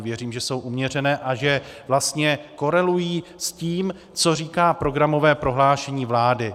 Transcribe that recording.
Věřím, že jsou uměřené a že vlastně korelují s tím, co říká programové prohlášení vlády.